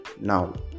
now